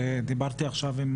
לא בתוך החדרים.